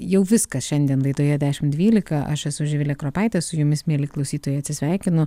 jau viskas šiandien laidoje dešimt dvylika aš esu živilė kropaitė su jumis mieli klausytojai atsisveikinu